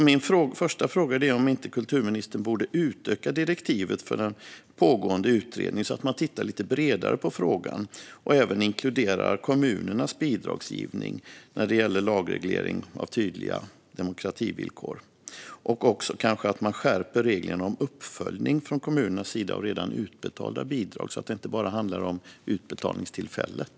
Min första fråga blir därför om inte kulturministern borde utöka direktivet för den pågående utredningen så att man tittar lite bredare på frågan och även inkluderar kommunernas bidragsgivning när det gäller lagreglering av tydliga demokrativillkor. Borde man inte också skärpa reglerna för uppföljning från kommunernas sida av redan utbetalda bidrag så att det inte bara handlar om utbetalningstillfället?